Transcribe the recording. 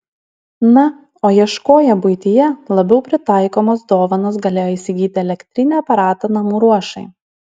na o ieškoję buityje labiau pritaikomos dovanos galėjo įsigyti elektrinį aparatą namų ruošai